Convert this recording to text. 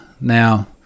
Now